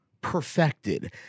perfected